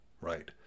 right